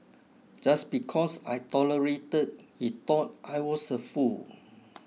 just because I tolerated he thought I was a fool